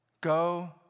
Go